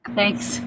Thanks